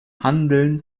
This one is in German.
handeln